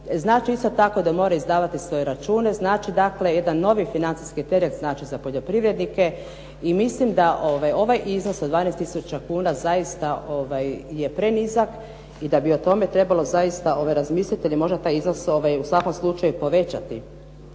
Znači isto tako da moraju izdavati svoje račune, znači dakle jedan novi financijski teret za poljoprivrednike i mislim da ovaj iznos od 12 tisuća kuna zaista je prenizak i da bi o tome trebalo zaista razmisliti ili možda taj iznos u svakom slučaju povećati.